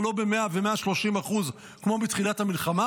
לא ב-100% ו-130% כמו בתחילת המלחמה.